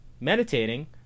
meditating